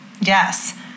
Yes